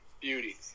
Beauty